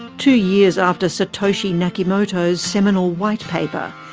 two years after satoshi nakamoto's seminal white paper,